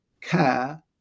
care